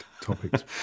topics